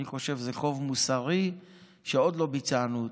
אני חושב שזה חוב מוסרי שעוד לא ביצענו אותו,